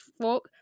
fork